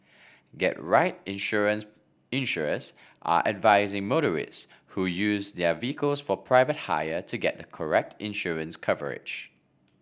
get right insurance insurers are advising motorists who use their vehicles for private hire to get the correct insurance coverage